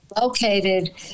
located